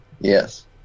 Yes